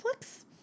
netflix